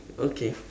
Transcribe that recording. okay